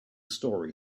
story